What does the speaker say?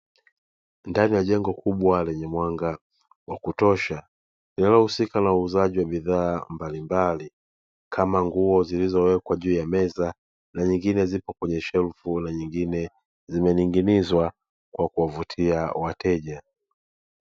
Ndani ya jengo kubwa lenye mwanga wa kutosha, linalohusika na wauzaji wa bidhaa mbalimbali kama nguo, zilizowekwa juu ya meza na nyingine zipo kwenye shelfu na nyingine zimeninginizwa kwa kuvutia wateja.